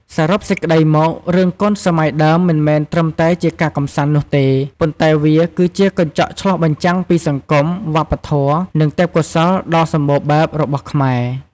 សរុបសេចក្ដីមក រឿងកុនសម័យដើមមិនមែនត្រឹមតែជាការកម្សាន្តនោះទេ ប៉ុន្តែវាគឺជា កញ្ចក់ឆ្លុះបញ្ចាំងពីសង្គម វប្បធម៌ និងទេពកោសល្យដ៏សម្បូរបែបរបស់ខ្មែរ។